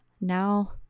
now